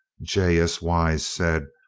j. s. wise said,